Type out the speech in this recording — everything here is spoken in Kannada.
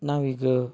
ನಾವು ಈಗ